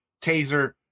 taser